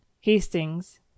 Hastings